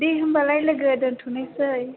दे होम्बालाय लोगो दोनथ'नोसै